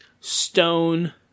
stone